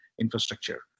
infrastructure